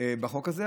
בחוק הזה,